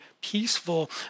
peaceful